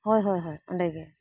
ᱦᱳᱭ ᱦᱳᱭ ᱚᱸᱰᱮ ᱜᱮ